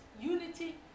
unity